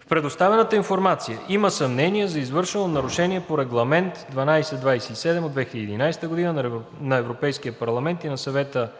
В предоставената информация има съмнения за извършено нарушение по Регламент (ЕС) № 1227/2011 на Европейския парламент и на Съвета